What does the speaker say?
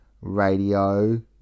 radio